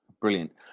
Brilliant